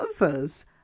others